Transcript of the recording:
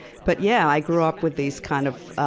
but yeah, i grew up with these kind of